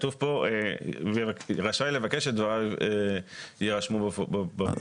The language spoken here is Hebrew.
כתוב כאן שרשאי לבקש שדבריו יירשמו בפרוטוקול.